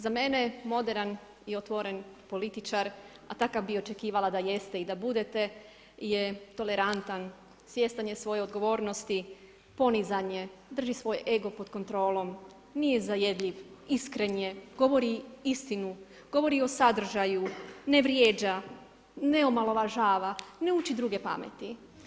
Za mene je moderan i otvoren političar a takav bih očekivala da jeste i da budete je tolerantan, svjestan je svoje odgovornosti, ponizan je, drži svoj ego pod kontrolom, nije zajedljiv, iskren je, govori istinu, govori o sadržaju, ne vrijeđa, ne omalovažava, ne uči druge pameti.